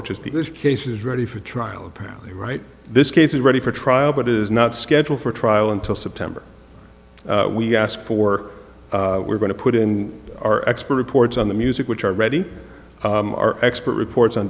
which is these cases ready for trial apparently right this case is ready for trial but is not scheduled for trial until september we asked for we're going to put in our expert reports on the music which are ready our expert reports on